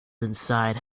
inside